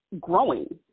growing